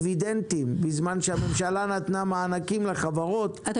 ודיבידנדים בזמן שהממשלה נתנה מענקים לחברות --- אתם